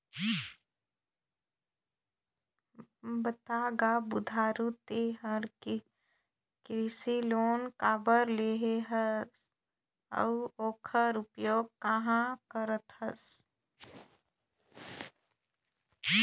बता गा बुधारू ते हर कृसि लोन काबर लेहे हस अउ ओखर उपयोग काम्हा करथस